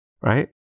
right